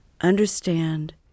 understand